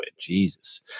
jesus